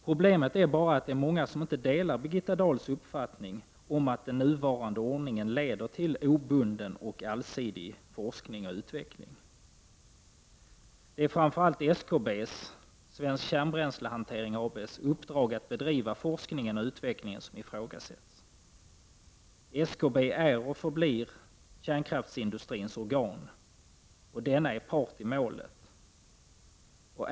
Problemet är bara att det är många som inte delar Birgitta Dahls uppfattning om att den nuvarande ordningen leder till obunden och allsidig forskning och utveckling. Det är framför allt Svensk Kärnbränslehantering AB:s , uppdrag att bedriva forskning och utveckling som ifrågasätts. SKB är och förblir kärnkraftsindustrins organ, och den är part i målet.